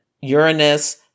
Uranus